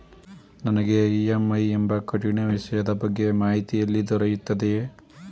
ನನಗೆ ಇ.ಎಂ.ಐ ಎಂಬ ಕಠಿಣ ವಿಷಯದ ಬಗ್ಗೆ ಮಾಹಿತಿ ಎಲ್ಲಿ ದೊರೆಯುತ್ತದೆಯೇ?